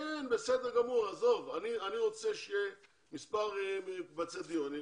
בסדר גמור אבל אני רוצה שיהיו מספר מקבצי דיור.